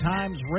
Times